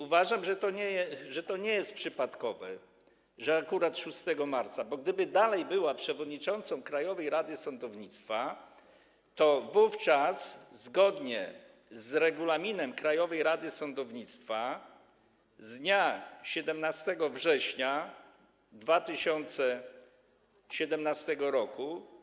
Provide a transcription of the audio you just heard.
Uważam, że to nie jest przypadkowe, że to było akurat 6 marca, bo gdyby dalej była przewodniczącą Krajowej Rady Sądownictwa, to wówczas zgodnie z regulaminem Krajowej Rady Sądownictwa z dnia 17 września 2017 r.